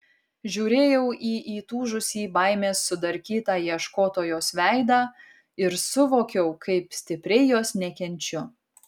žiūrėjau į įtūžusį baimės sudarkytą ieškotojos veidą ir suvokiau kaip stipriai jos nekenčiu